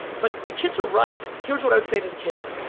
but the kids are right. here's what i would say to the kids,